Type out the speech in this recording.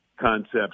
concepts